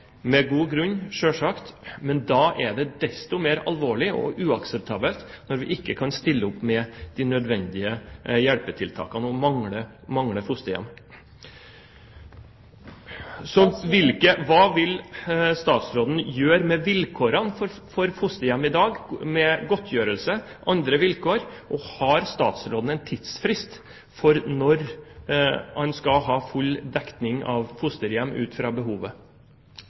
med god grunn, selvsagt – men da er det desto mer alvorlig og uakseptabelt at vi ikke kan stille opp med de nødvendige hjelpetiltakene, og at vi mangler fosterhjem. Hva vil statsråden gjøre med hensyn til godtgjørelse og andre vilkår for fosterhjem i dag? Og: Har statsråden en tidsfrist for når man, ut fra behovet, vil ha full